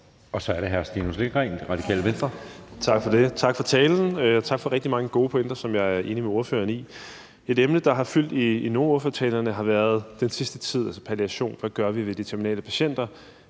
Venstre. Kl. 19:37 Stinus Lindgreen (RV): Tak for det. Tak for talen, og tak for rigtig mange gode pointer, som jeg er enig med ordføreren i. Et emne, der har fyldt i nogle af ordførertalerne, har været den sidste tid, altså palliation og hvad vi gør ved de terminale patienter.